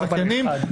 הזכיינים,